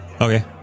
Okay